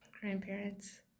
grandparents